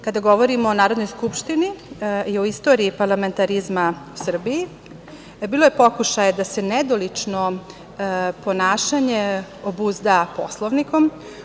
Kada govorimo o Narodnoj skupštini i o istoriji parlamentarizma u Srbiji, bilo je pokušaja da se nedolično ponašanje obuzda Poslovnikom.